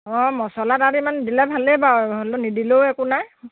অঁ মছলা তাত ইমান দিলে ভালেই বাৰু হ'লেও নিদিলেও একো নাই